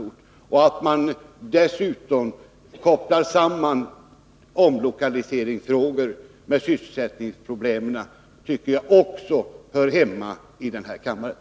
Debatten om att man skall koppla samman omlokaliseringsfrågor med sysselsättningsproblem hör också hemma i denna kammare.